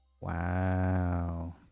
Wow